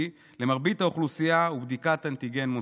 למרבית האוכלוסייה הוא בדיקת אנטיגן מוסדית.